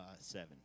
seven